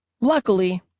Luckily